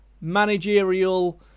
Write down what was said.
managerial